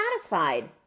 satisfied